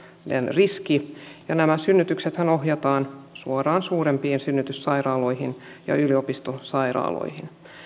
riski ja nämä synnytyksethän ohjataan suoraan suurempiin synnytyssairaaloihin ja yliopistosairaaloihin